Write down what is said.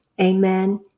Amen